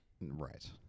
Right